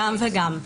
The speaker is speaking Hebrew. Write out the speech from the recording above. גם וגם.